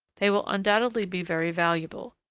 they will undoubtedly be very valuable.